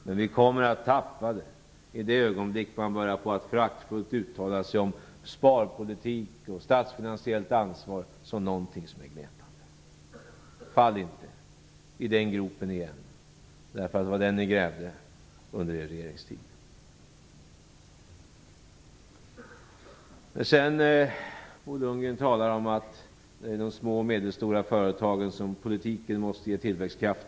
Men vi kommer att tappa det i det ögonblick man börjar att föraktfullt uttala sig om sparpolitik och statsfinansiellt ansvar som någonting som är gnetande. Fall inte i den gropen igen, därför att det var den ni grävde under er regeringstid. Bo Lundgren talar om att det är de små och medelstora företagen som politiken måste ge tillväxtkraft.